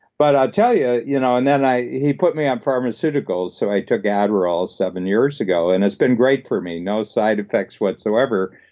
but i'll tell you, you know, and then he put me on pharmaceuticals, so i took adderall seven years ago, and it's been great for me. no side effects whatsoever,